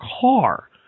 car